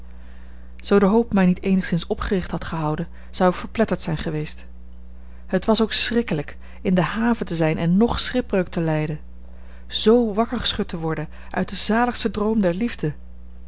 zoo de hoop mij niet eenigszins opgericht had gehouden zou ik verpletterd zijn geweest het was ook schrikkelijk in de haven te zijn en ng schipbreuk te lijden z wakker geschud te worden uit den zaligsten droom der liefde